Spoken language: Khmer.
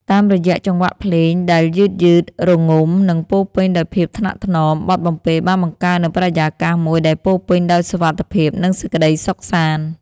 តាមរយៈចង្វាក់ភ្លេងដែលយឺតៗ រងំ និងពោរពេញដោយភាពថ្នាក់ថ្នម បទបំពេបានបង្កើតនូវបរិយាកាសមួយដែលពោរពេញដោយសុវត្ថិភាព និងសេចក្ដីសុខសាន្ត